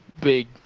big